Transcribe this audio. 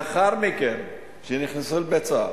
לאחר מכן, כשנכנסו לבית-סוהר,